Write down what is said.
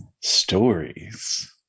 Stories